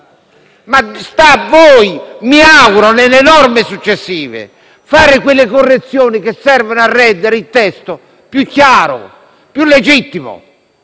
ma sta a voi - mi auguro - nelle norme successive fare quelle correzioni che servono a rendere il testo più chiaro e legittimo.